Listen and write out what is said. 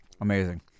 Amazing